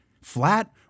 flat